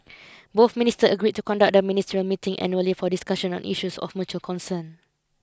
both ministers agreed to conduct the ministerial meeting annually for discussions on issues of mutual concern